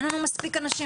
אין לנו מספיק אנשים,